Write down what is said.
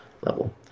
level